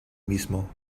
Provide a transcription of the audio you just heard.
mismo